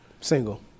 Single